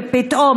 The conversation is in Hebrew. ופתאום,